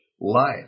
life